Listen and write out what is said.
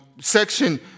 Section